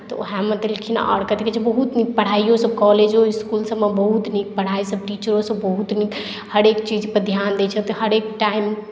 तऽ उएहमे देलखिन आओर कथी कहैत छै बहुत नीक पढ़ाइयओसभ कॉलेजो इस्कुलसभमे बहुत नीक पढ़ाइसभ टीचरोसभ बहुत नीक हरेक चीजपर ध्यान दैत छथि हरेक टाइम